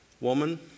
woman